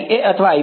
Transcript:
વિદ્યાર્થી IA